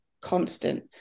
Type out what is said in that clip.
constant